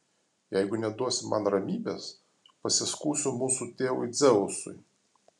jeigu neduosi man ramybės pasiskųsiu mūsų tėvui dzeusui